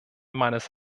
meines